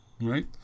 Right